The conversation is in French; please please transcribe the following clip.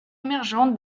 émergente